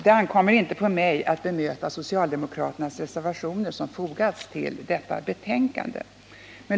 Det ankommer inte på mig att bemöta socialdemokraternas reservationer som fogats vid detta betänkande.